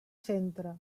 centre